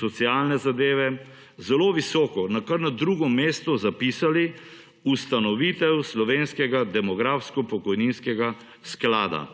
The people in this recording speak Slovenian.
socialne zadeve, zelo visoko kar na drugo mesto zapisali ustanovitelj slovenskega-demografsko pokojninskega sklada.